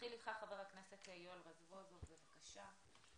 חבר הכנסת יואל רזבוזוב, בבקשה.